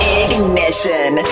ignition